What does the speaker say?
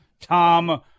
Tom